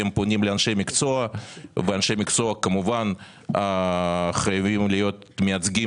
הם פונים לאנשי מקצוע ואנשי מקצוע כמובן חייבים להיות מייצגים